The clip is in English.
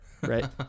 Right